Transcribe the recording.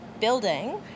building